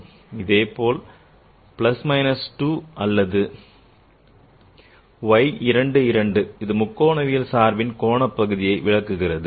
அதேபோல் plus minus 2 for the Y 2 2 - இது முக்கோணவியல் சார்பின் கோண பகுதியை விளக்குகிறது